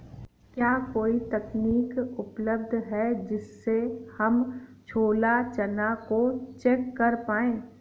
क्या कोई तकनीक उपलब्ध है जिससे हम छोला चना को चेक कर पाए?